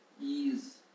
ease